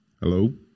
Hello